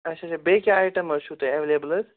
اَچھا اَچھا بیٚیہِ کیٛاہ آیٹَم چھُو تۄہہِ ایٚویلیبُل حظ